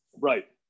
Right